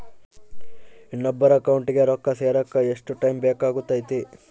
ಇನ್ನೊಬ್ಬರ ಅಕೌಂಟಿಗೆ ರೊಕ್ಕ ಸೇರಕ ಎಷ್ಟು ಟೈಮ್ ಬೇಕಾಗುತೈತಿ?